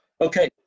Okay